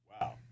wow